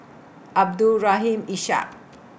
Abdul Rahim Ishak